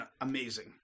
amazing